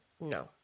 no